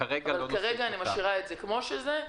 כרגע אני משאירה את זה כמו שזה.